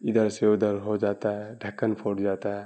ادھر سے ادھر ہو جاتا ہے ڈھکن پھوٹ جاتا ہے